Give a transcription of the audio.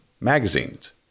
magazines